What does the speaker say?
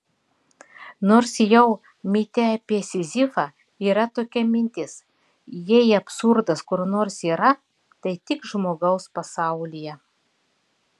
nors jau mite apie sizifą yra tokia mintis jei absurdas kur nors yra tai tik žmogaus pasaulyje